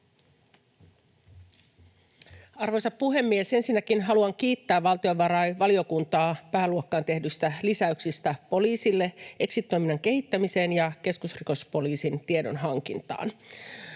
Arvoisa puhemies! Ensinnäkin haluan kiittää valtiovarainvaliokuntaa pääluokkaan tehdyistä lisäyksistä poliisille exit-toiminnan kehittämiseen ja keskusrikospoliisin tiedonhankintaan.